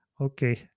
okay